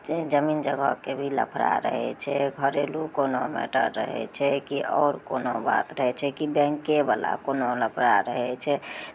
जमीन जगहके भी लफड़ा रहै छै घरेलू कोनो मैटर रहै छै कि आओर कोनो बात रहै छै कि बैंकेवला कोनो लफड़ा रहै छै